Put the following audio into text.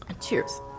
Cheers